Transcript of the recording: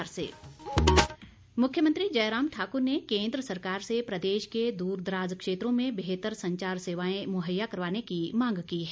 भेंट मुख्यमंत्री जयराम ठाकुर ने केन्द्र सरकार से प्रदेश के दूरदराज क्षेत्रों में बेहतर संचार सेवाएं मुहैया करवाने की मांग की है